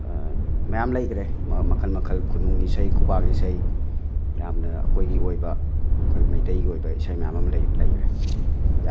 ꯃꯌꯥꯝ ꯂꯩꯈ꯭ꯔꯦ ꯃꯈꯜ ꯃꯈꯜ ꯈꯨꯅꯨꯡꯒꯤ ꯏꯁꯩ ꯈꯨꯕꯥꯛ ꯏꯁꯩ ꯌꯥꯝꯅ ꯑꯩꯈꯣꯏꯒꯤ ꯑꯣꯏꯕ ꯑꯩꯈꯣꯏꯒꯤ ꯃꯩꯇꯩꯒꯤ ꯑꯣꯏꯕ ꯏꯁꯩ ꯃꯌꯥꯝ ꯑꯃ ꯂꯩꯈ꯭ꯔꯦ